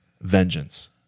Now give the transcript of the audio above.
vengeance